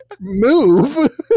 move